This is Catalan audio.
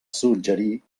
suggerir